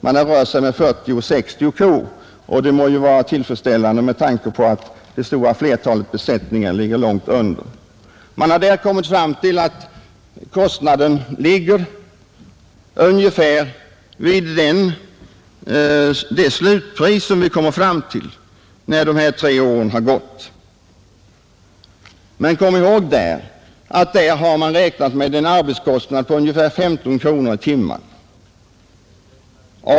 Man har rört sig med 40—60 kor, och det må vara tillfredsställande med tanke på att det stora flertalet besättningar ligger långt under, Man har då funnit att kostnaden ligger ungefär vid det slutpris som vi kommer fram till när dessa tre år har gått. Men kom ihåg att man då räknat med en arbetskostnad på ungefär 15 kronor i timmen.